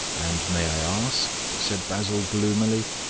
and may i ask, said basil gloomily,